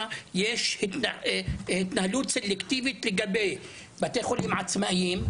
יש התנהלות סלקטיבית לגבי בתי חולים עצמאיים,